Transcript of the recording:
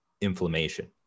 inflammation